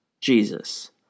Jesus